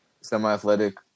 semi-athletic